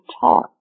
taught